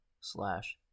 slash